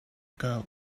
girl